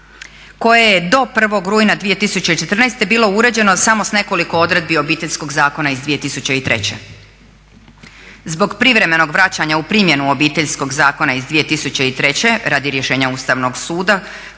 koje je do 1. rujna 2014. bilo uređeno samo s nekoliko odredbi Obiteljskog zakona iz 2003. Zbog privremenog vraćanja u primjenu Obiteljskog zakona iz 2003. radi rješenja Ustavnog suda